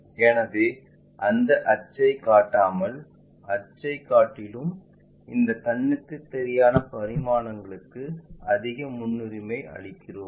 எனவே அந்த அச்சைக் காட்டாமல் அச்சைக் காட்டிலும் இந்த கண்ணுக்குத் தெரியாத பரிமாணத்திற்கு அதிக முன்னுரிமை அளிக்கிறோம்